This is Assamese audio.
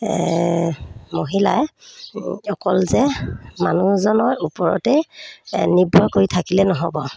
মহিলাই অকল যে মানুহজনৰ ওপৰতে নিৰ্ভৰ কৰি থাকিলে নহ'ব